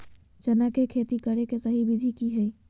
चना के खेती करे के सही विधि की हय?